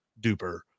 duper